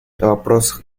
вопросах